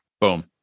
boom